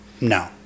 No